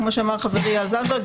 כמו שאמר חברי איל זנדברג,